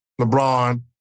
LeBron